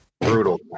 brutal